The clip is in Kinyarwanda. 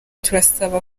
turasaba